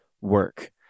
work